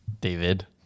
David